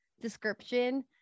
description